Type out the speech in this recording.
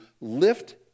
lift